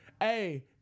Hey